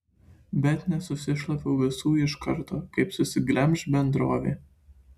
bet nesusišlaviau visų iš karto kaip susiglemš bendrovė